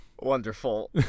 Wonderful